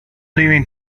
leaving